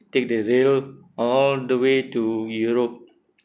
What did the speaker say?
take the rail all the way to europe